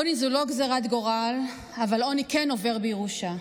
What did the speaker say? עוני הוא לא גזרת גורל, אבל עוני כן עובר בירושה.